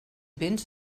vents